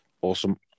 Awesome